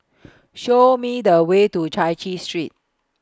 Show Me The Way to Chai Chee Street